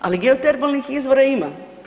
Ali geotermalnih izvora ima.